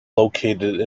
located